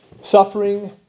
suffering